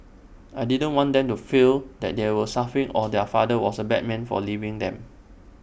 I didn't want them to feel that they were suffering or their father was A bad man for leaving them